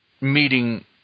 meeting